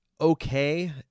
okay